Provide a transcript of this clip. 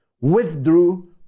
withdrew